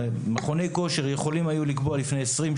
מכוני כושר יכולים היו לקבוע לפני חמש,